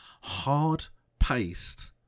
hard-paced